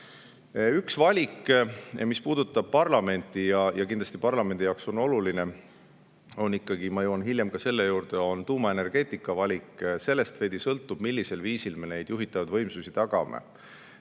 Üks valik, mis puudutab parlamenti ja on parlamendi jaoks kindlasti oluline – ma jõuan hiljem ka selle juurde –, on tuumaenergeetika valik. Sellest veidi sõltub, millisel viisil me neid juhitavaid võimsusi tagame